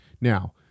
Now